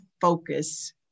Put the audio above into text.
focus